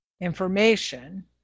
information